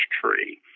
tree